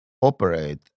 operate